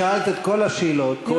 שאלת את כל השאלות, תני לשר להשיב.